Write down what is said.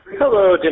Hello